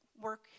work